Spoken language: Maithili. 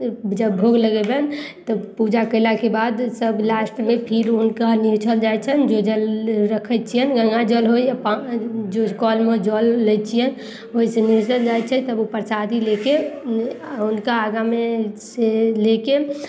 जब भोग लगेबनि तब पूजा कयलाके बाद सभ लास्टमे फिर हुनका निहुँछल जाइ छनि जो जल रखैत छियनि गङ्गाजल होइ कऽरमे जल लै छियै ओइसँ निहुँछल जाइ छै तब उ प्रसादी लेके हुनका आगूमे से लेके